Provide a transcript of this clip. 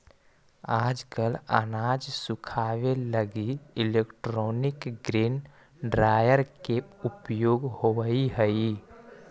आजकल अनाज सुखावे लगी इलैक्ट्रोनिक ग्रेन ड्रॉयर के उपयोग होवऽ हई